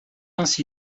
ainsi